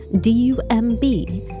D-U-M-B